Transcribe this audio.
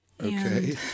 Okay